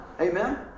amen